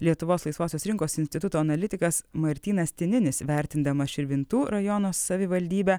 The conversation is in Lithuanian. lietuvos laisvosios rinkos instituto analitikas martynas tininis vertindamas širvintų rajono savivaldybę